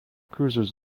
cruisers